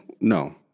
No